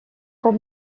cop